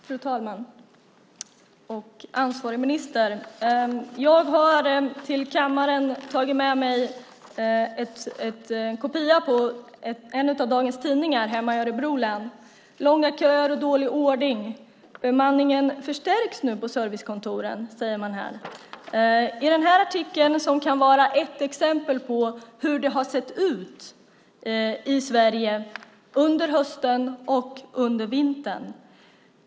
Fru talman och ansvarig minister! Jag har till kammaren tagit med mig en kopia på en av dagens tidningar hemma i Örebro län. Där står det om långa köer och dålig ordning. Bemanningen förstärks nu på servicekontoren, säger man här. I den här artikeln berättas om ett exempel på hur det har sett ut i Sverige under hösten och vintern.